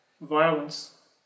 violence